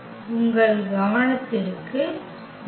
உங்கள் கவனத்திற்கு நன்றி